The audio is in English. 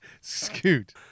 scoot